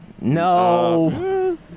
No